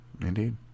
indeed